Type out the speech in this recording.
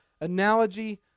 analogy